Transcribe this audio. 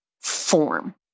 form